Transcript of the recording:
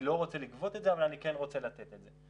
אני לא רוצה לגבות את זה אבל אני כן רוצה לתת את זה,